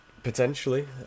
Potentially